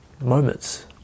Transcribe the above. moments